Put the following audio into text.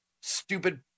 stupid